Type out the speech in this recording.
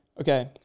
Okay